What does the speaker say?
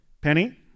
Penny